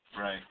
Right